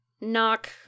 knock